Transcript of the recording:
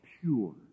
pure